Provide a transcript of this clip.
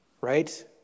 right